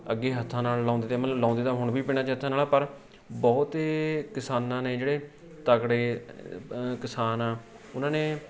ਅੱਗੇ ਹੱਥਾਂ ਨਾਲ ਲਾਉਂਦੇ ਤੇ ਮਤਲਬ ਲਾਉਂਦੇ ਤਾਂ ਹੁਣ ਵੀ ਪਿੰਡਾਂ 'ਚ ਹੱਥਾਂ ਨਾਲ ਪਰ ਬਹੁਤ ਹੀ ਕਿਸਾਨਾਂ ਨੇ ਜਿਹੜੇ ਤਕੜੇ ਕਿਸਾਨ ਆ ਉਹਨਾਂ ਨੇ